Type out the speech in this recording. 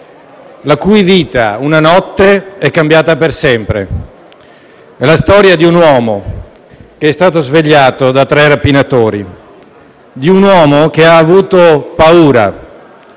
la cui vita, una notte, è cambiata per sempre. È la storia di un uomo che è stato svegliato da tre rapinatori, di un uomo che ha avuto paura